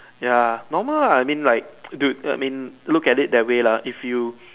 ya normal ah I mean like dude I meant look at it that way lah if you